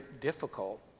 difficult